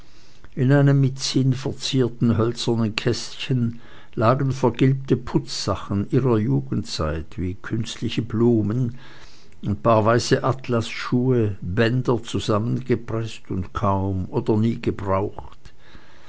in einem mit zinn verzierten hölzernen kästchen lagen vergilbte putzsachen ihrer jugendzeit wie künstliche blumen ein paar weiße atlasschuhe bänder zusammengepreßt und kaum oder nie gebraucht